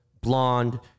blonde